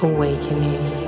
Awakening